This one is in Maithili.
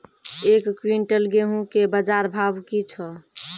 एक क्विंटल गेहूँ के बाजार भाव की छ?